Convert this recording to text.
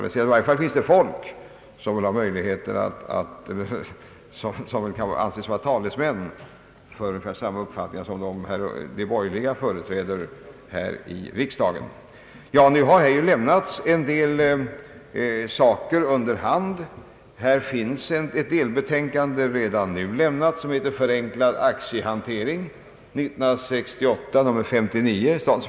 I varje fall finns i utredningen folk som kan anses vara talesmän för ungefär samma uppfattningar som de borgerliga företräder här i riksdagen. En del material har lämnats under hand. Redan nu föreligger ett delbetänkande som heter »Förenklad aktiehantering. Nya regler för aktiebrev och aktiebok» .